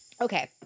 Okay